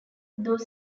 though